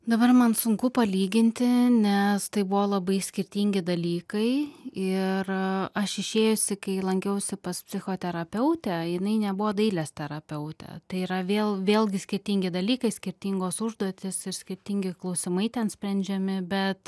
dabar man sunku palyginti nes tai buvo labai skirtingi dalykai ir aš išėjusi kai lankiausi pas psichoterapeutę jinai nebuvo dailės terapeutė tai yra vėl vėlgi skirtingi dalykai skirtingos užduotys ir skirtingi klausimai ten sprendžiami bet